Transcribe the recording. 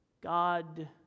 God